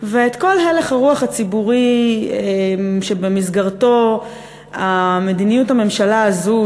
ואת כל הלך הרוח הציבורי שבמסגרתו מדיניות הממשלה הזאת,